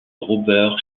robert